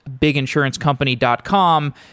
biginsurancecompany.com